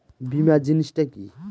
বীমা জিনিস টা কি?